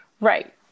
Right